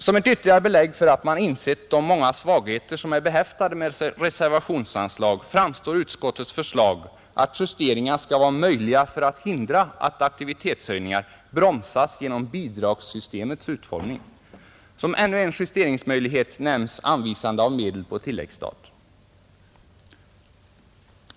Som ett ytterligare belägg för att man insett de många svagheter som är behäftade med reservationsanslag framstår utskottets förslag att justeringar skall vara möjliga för att hindra att aktivitetshöjningar bromsas genom bidragssystemets utformning. Som ännu en justeringsmöjlighet nämns anvisande av medel på tilläggsstat.